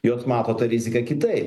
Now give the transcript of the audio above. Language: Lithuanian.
jos mato tą riziką kitai